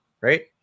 right